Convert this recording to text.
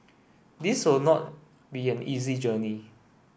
this will not be an easy journey